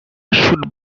should